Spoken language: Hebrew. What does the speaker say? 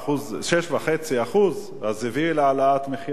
ב-6.5% הביאה להעלאת מחיר החשמל.